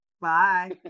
Bye